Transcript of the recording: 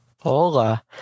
hola